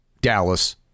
Dallas